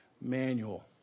manual